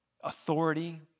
authority